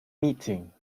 meeting